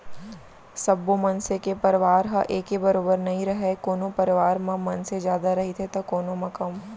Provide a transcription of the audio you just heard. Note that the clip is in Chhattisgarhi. सब्बो मनसे के परवार ह एके बरोबर नइ रहय कोनो परवार म मनसे जादा रहिथे तौ कोनो म कम